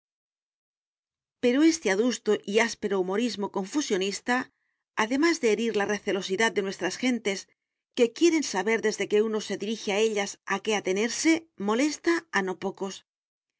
pero este adusto y áspero humorismo confusionista además de herir la recelosidad de nuestras gentes que quieren saber desde que uno se dirige a ellas a qué atenerse molesta a no pocos